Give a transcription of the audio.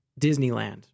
Disneyland